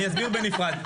אני אסביר בנפרד.